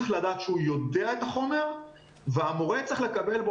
צריך לדעת שהוא יודע את החומר והמורה מקבל את